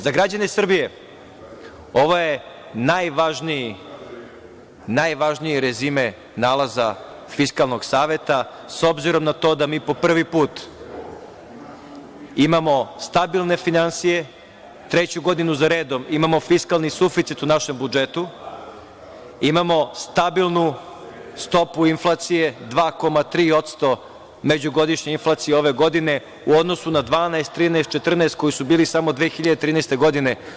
Za građane Srbije ovo je najvažniji rezime nalaza Fiskalnog saveta, s obzirom na to da mi po prvi put imamo stabilne finansije, treću godinu za redom imamo fiskalni suficit u našem budžetu, imamo stabilnu stopu inflacije, 2,3% međugodišnje inflacije ove godine, u odnosu na 12, 13, 14 koji su bili samo 2013. godine.